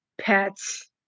Pets